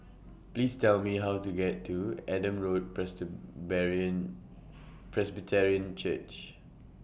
Please Tell Me How to get to Adam Road Presbyterian Church